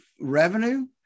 revenue